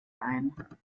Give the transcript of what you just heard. ein